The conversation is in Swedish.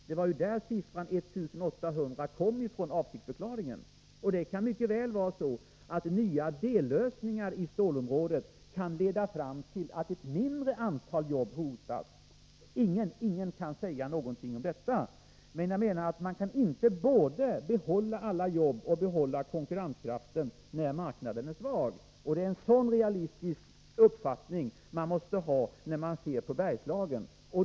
Det var ju från avsiktsförklaringen som siffran 1 800 kom. Det kan mycket väl vara så att nya dellösningar i stålområdet kan leda fram till att ett mindre antal jobb hotas —- ingen kan säga någonting om detta. Men man kan inte både behålla alla jobb och behålla konkurrenskraften när marknaden är svag. Det är en sådan realistisk uppfattning man måste ha när man ser på Bergslagen.